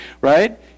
Right